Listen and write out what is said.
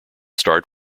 starred